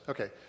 Okay